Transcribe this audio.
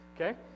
Okay